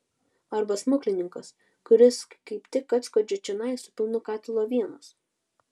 arba smuklininkas kuris kaip tik atskuodžia čionai su pilnu katilu avienos